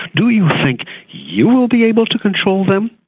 do you think you will be able to control them?